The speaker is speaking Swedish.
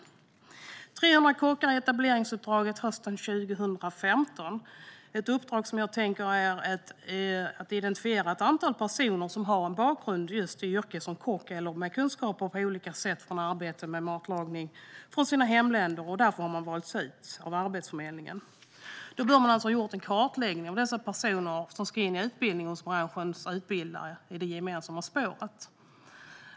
Det fanns 300 kockar i etableringsuppdraget hösten 2015. Det är ett uppdrag som jag tänker är ett identifierat antal personer som har en bakgrund i just yrket som kock eller som har kunskaper på olika sätt från arbete med matlagning från sina hemländer och som därför valts ut av Arbetsförmedlingen. Man bör ha gjort en kartläggning av dessa personer som ska in i utbildning hos branschens utbildare i det gemensamma spåret.